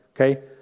Okay